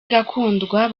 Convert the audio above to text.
igakundwa